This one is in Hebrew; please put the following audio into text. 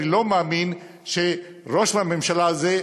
אני לא מאמין שראש הממשלה הזה,